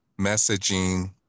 messaging